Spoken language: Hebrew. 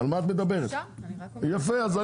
היועצת המשפטית, אני מבקש לעשות תיקון להצעת החוק